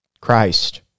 Christ